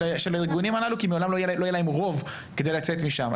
של הארגונים הללו כי לעולם לא יהיה להם רוב כדי לצאת משם.